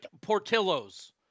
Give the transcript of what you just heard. Portillo's